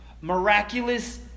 miraculous